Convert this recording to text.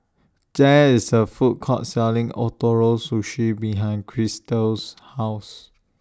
There IS A Food Court Selling Ootoro Sushi behind Krystal's House